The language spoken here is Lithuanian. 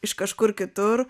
iš kažkur kitur